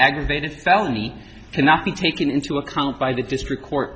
aggravated felony and not be taken into account by the district court